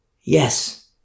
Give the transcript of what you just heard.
Yes